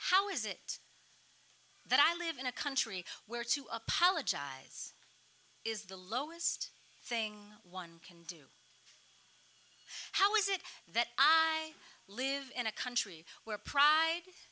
how is it that i live in a country where to apologize is the lowest thing one can do how is it that i live in a country where pride